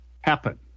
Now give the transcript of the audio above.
happen